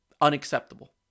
Unacceptable